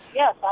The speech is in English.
yes